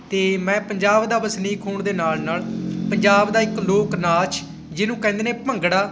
ਅਤੇ ਮੈਂ ਪੰਜਾਬ ਦਾ ਵਸਨੀਕ ਹੋਣ ਦੇ ਨਾਲ ਨਾਲ ਪੰਜਾਬ ਦਾ ਇੱਕ ਲੋਕ ਨਾਚ ਜਿਹਨੂੰ ਕਹਿੰਦੇ ਨੇ ਭੰਗੜਾ